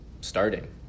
starting